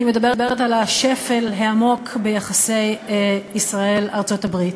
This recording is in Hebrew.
אני מדברת על השפל העמוק ביחסי ישראל ארצות-הברית.